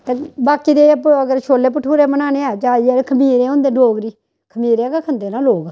ते बाकी ते अगर छोल्ले भठूरे बनाने आं जादे जादे खमीरे होंदे डोगरी खमीरे गै खंदे ना लोक